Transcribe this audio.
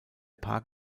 park